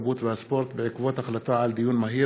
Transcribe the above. התרבות והספורט בעקבות דיון מהיר